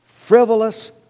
Frivolous